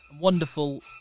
wonderful